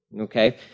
Okay